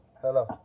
Hello